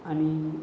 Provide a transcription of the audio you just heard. आणि